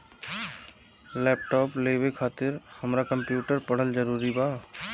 Laptop लेवे खातिर हमरा कम्प्युटर पढ़ल जरूरी बा?